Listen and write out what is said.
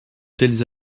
tels